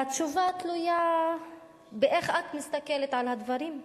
והתשובה תלויה באיך את מסתכלת על הדברים,